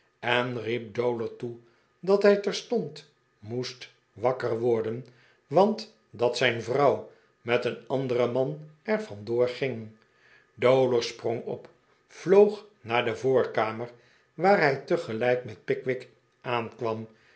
en riep dowler toe dat hij terstond moest wakker worden want dat zijn vrouw met een anderen man er vandoor ging dowler sprong op vloog naar de voorkamer waar hij tegelijk met pickwick aankwam